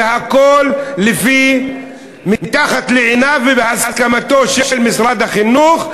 והכול מתחת לעיניו ובהסכמתו של משרד החינוך,